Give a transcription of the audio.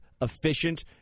efficient